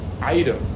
item